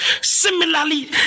similarly